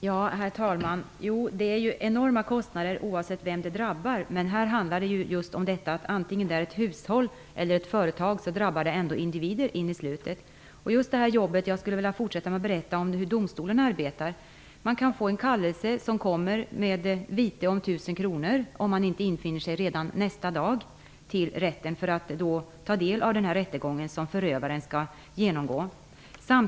Herr talman! Det är enorma kostnader oavsett vem de drabbar. Men antingen det gäller ett hushåll eller ett företag, är det ändå i slutet individer som drabbas. Jag skulle vilja fortsätta att berätta om hur domstolen arbetar. Man kan få en kallelse med vite om 1 000 kr om man inte infinner sig redan nästa dag till rätten, för att ta del av den rättegång som förövaren skall genomgå.